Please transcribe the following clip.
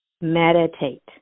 meditate